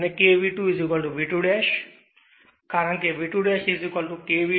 અને K V2 V2 કારણ કે V2 K V2